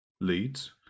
leads